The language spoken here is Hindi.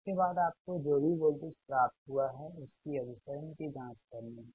उसके बाद आपको जो भी वोल्टेज प्राप्त हुआ है उसकी अभिसरण कि जाँच करनी है